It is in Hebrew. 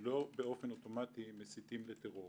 לא אוטומטית מסיתים לטרור